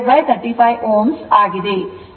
5 35 Ω ಆಗಿದೆ